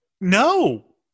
No